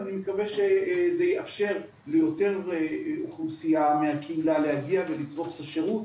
ואני מקווה שזה יאפשר ליותר אוכלוסיה מהקהילה להגיע ולצרוך את השירות,